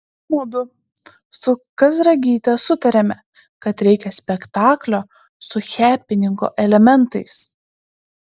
mudu su kazragyte sutarėme kad reikia spektaklio su hepeningo elementais